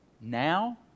now